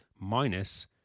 minus